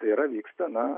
tai yra vyksta na